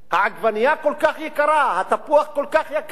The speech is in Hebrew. העגבנייה כל כך יקרה, התפוח כל כך יקר.